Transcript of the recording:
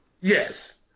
Yes